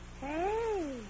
Hey